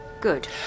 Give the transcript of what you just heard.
Good